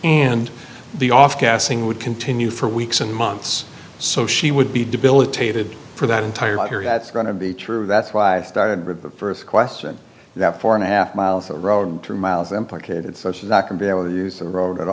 and the off gassing would continue for weeks and months so she would be debilitated for that entire period that's going to be true that's why it started with the st question that four and a half miles of road three miles implicated such as that can be able to use the road at